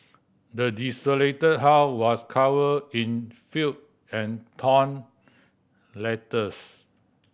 the desolated house was covered in filth and torn letters